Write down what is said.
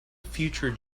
future